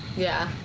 yeah,